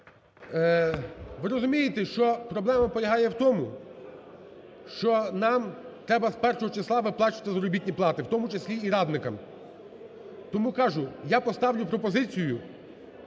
Ви розумієте, що проблема полягає в тому, що нам треба з першого числа виплачувати заробітні плати, в тому числі і радникам. Тому кажу, я поставлю пропозицію,